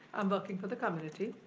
i'm working for the community.